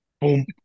Boom